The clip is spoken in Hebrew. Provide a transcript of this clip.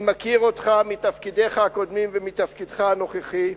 אני מכיר אותך מתפקידיך הקודמים ומתפקידך הנוכחי,